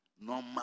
Normal